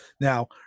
Now